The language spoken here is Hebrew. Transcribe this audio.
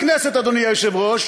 לכנסת, אדוני היושב-ראש,